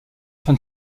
fin